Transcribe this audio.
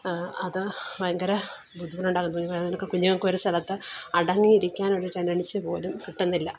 അത് ഭയങ്കര ബുദ്ധിമുട്ട് കുഞ്ഞുങ്ങൾക്ക് ഒരു സ്ഥലത്ത് അടങ്ങി ഇരിക്കാൻ ഒരു റ്റെൻഡൻസി പോലും കിട്ടുന്നില്ല